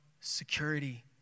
security